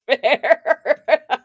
Fair